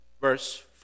Verse